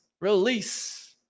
Release